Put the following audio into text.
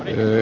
emy